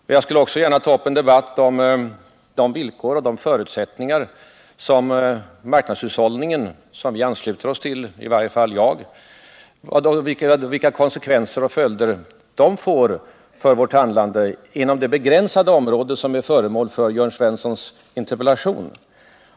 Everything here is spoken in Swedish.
Och jag skulle också gärna ta upp en debatt om villkoren och förutsättningarna för den marknadshushållning som vi ansluter oss till — i varje fall jag — och vilka konsekvenserna blir för vår handlingsfrihet inom det begränsade område som är föremål för Jörn Svenssons interpellation.